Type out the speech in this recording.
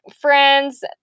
friends